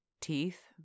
teeth